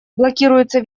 блокируется